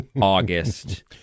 August